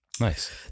nice